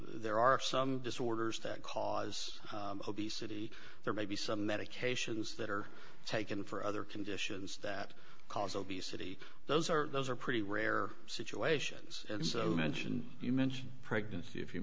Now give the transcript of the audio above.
there are some disorders that cause obesity there may be some medications that are taken for other conditions that cause obesity those are those are pretty rare situations and so mention you mention pregnancy